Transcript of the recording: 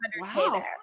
wow